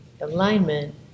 alignment